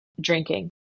drinking